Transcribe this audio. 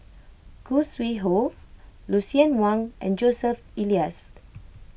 Khoo Sui Hoe Lucien Wang and Joseph Elias